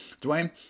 Dwayne